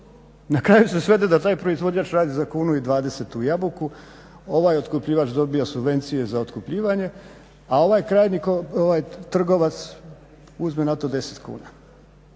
Na kraju se svede da taj proizvođač radi za kunu i 20 tu jabuku, ovaj otkupljivač dobije od subvencije za otkupljivanje a ovaj krajnji, ovaj trgovac uzme na to 10 kuna